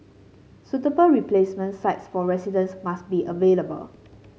suitable replacement sites for residents must be available